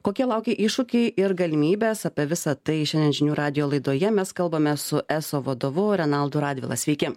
kokie laukia iššūkiai ir galimybės apie visa tai šiandien žinių radijo laidoje mes kalbame su eso vadovu renaldu radvila sveiki